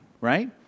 right